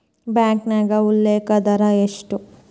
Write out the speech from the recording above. ಬ್ಯಾಂಕ್ನ್ಯಾಗ ಉಲ್ಲೇಖ ದರ ಎಷ್ಟ